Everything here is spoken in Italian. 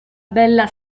bella